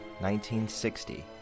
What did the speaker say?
1960